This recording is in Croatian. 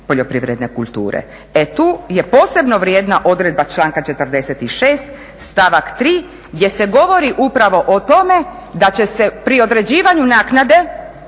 poljoprivredne kulture. E tu je posebno vrijedna odredba članka 46. stavak 3. gdje se govori upravo o tome da će se pri određivanju naknade